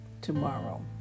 tomorrow